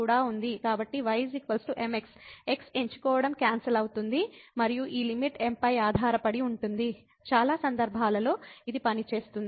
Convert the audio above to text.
కాబట్టి y mx x ఎంచుకోవడం cancel అవుతుంది మరియు ఈ లిమిట్ m పై ఆధారపడి ఉంటుంది చాలా సందర్భాలలో ఇది పని చేస్తుంది